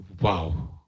Wow